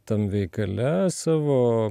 tam veikale savo